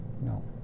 No